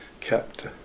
kept